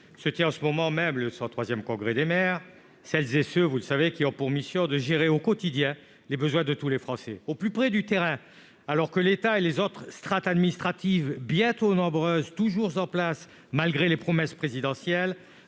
se tient en ce moment même le 103 Congrès des maires : celles et ceux, vous le savez, qui ont pour mission de gérer au quotidien les besoins de tous les Français. Ils le font au plus près du terrain, alors que l'État et les autres strates administratives, bien trop nombreuses, toujours en place malgré les promesses présidentielles,